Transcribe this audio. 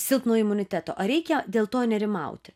silpno imuniteto ar reikia dėl to nerimauti